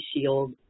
shield